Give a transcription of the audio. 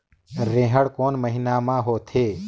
रेहेण कोन महीना म होथे?